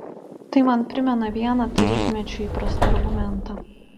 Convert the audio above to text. tai man primena vieną tarybmečiu įprastą argumentą